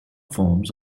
forms